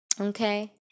Okay